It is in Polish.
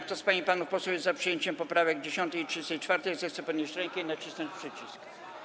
Kto z pań i panów posłów jest za przyjęciem poprawek 10. i 34., zechce podnieść rękę i nacisnąć przycisk.